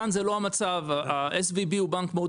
כאן זה לא המצב ה-SVB הוא בנק מאוד